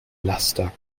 laster